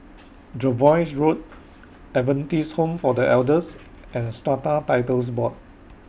Jervois Road Adventist Home For The Elders and Strata Titles Board